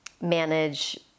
manage